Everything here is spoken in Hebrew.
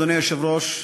אדוני היושב-ראש,